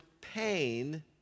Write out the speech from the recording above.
pain